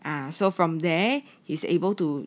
ah so from there he is able to